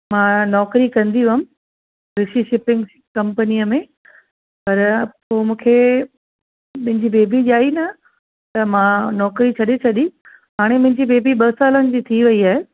मां नौकिरी कंदी हुयमि रिषि शिपिंग कंपनीअ में पर पोइ मूंखे मुंहिंजी बेबी ॼाई न त मां नौकिरी छॾे छॾी हाणे मुंहिंजी बेबी ॿ सालनि जी थी वई आहे